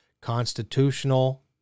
constitutional